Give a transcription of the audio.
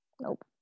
nope